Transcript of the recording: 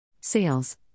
Sales